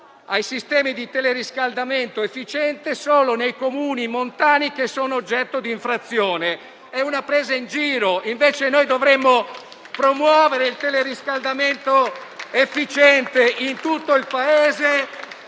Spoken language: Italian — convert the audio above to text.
ai sistemi di teleriscaldamento efficiente solo nei Comuni montani oggetto di infrazione: è una presa in giro! Dovremmo invece promuovere il tele riscaldamento efficiente in tutto il Paese